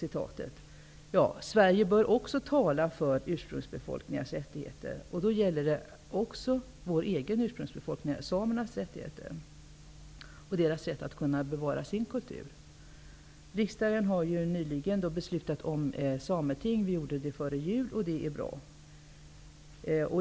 Även Sverige bör tala för ursprungsbefolkningarnas rättigheter, och då gäller det också vår egen ursprungsbefolknings -- samernas -- rätt att bevara och kunna utöva sin kultur. Riksdagen har nyligen beslutat om sameting -- vi gjorde det före jul -- och det är bra.